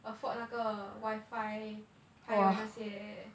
afford 那个 wifi 还有哪些